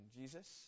Jesus